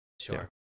Sure